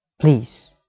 please